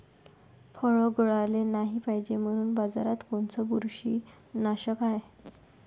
फळं गळाले नाही पायजे म्हनून बाजारात कोनचं बुरशीनाशक हाय?